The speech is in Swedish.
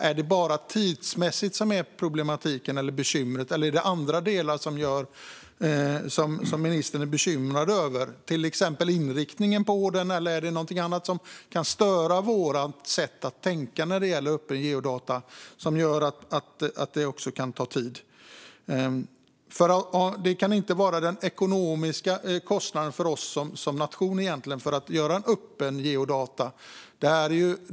Är det bara tidsmässigt som det är problematiskt eller ett bekymmer, eller är det andra delar som ministern är bekymrad över? Det kan till exempel gälla inriktningen. Eller är det någonting annat som kan störa vårt sätt att tänka när det gäller öppna geodata som gör att det också kan ta tid? Det kan egentligen inte vara den ekonomiska kostnaden för oss som nation som det handlar om för att göra öppna geodata.